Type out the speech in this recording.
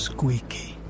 Squeaky